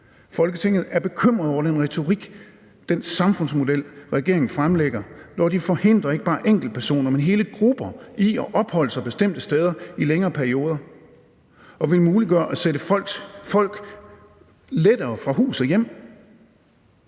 Folketinget er bekymret over den retorik og den samfundsmodel, regeringen fremlægger, når de forhindrer ikke bare enkeltpersoner, men hele grupper i at opholde sig bestemte steder i længere perioder og vil muliggøre lettere at sætte folk fra hus og hjem.